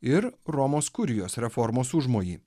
ir romos kurijos reformos užmojį